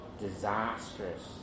Disastrous